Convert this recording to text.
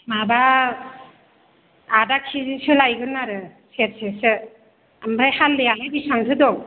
माबा आधा केजिसो लायगोन आरो सेरसेसो ओमफ्राय हाल्दैयालाय बेसेबांथो दं